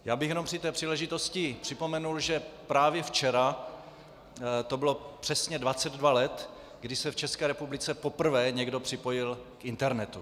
Já bych jenom při té příležitosti připomenul, že právě včera to bylo přesně 22 let, kdy se v České republice poprvé někdo připojil k internetu.